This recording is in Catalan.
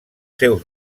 seus